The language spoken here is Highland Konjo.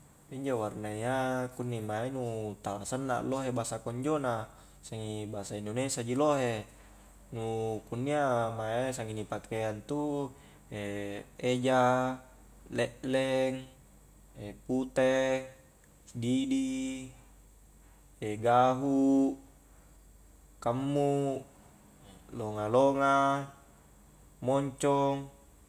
Injo warnayya kunni mae nu tala sanna lohe bahasa konjo na, sengi bahasa indonesia ji lohe nu kunnia mae sengi ni pakea intu eja, lekleng, pute, didi, gahu', kamummu longa-longa, moncong